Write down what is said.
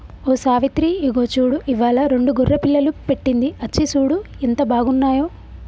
ఓ సావిత్రి ఇగో చూడు ఇవ్వాలా రెండు గొర్రె పిల్లలు పెట్టింది అచ్చి సూడు ఎంత బాగున్నాయో